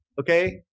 Okay